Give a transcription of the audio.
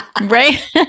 Right